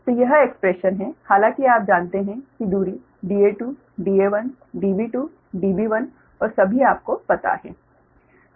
तो यह एक्स्प्रेशन है हालांकि आप जानते हैं कि दूरी Da2 Da1 Db2 Db1 और सभी आपको पता हैं